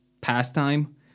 pastime